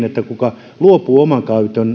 että se joka luopuu oman